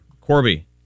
Corby